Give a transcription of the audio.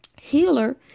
healer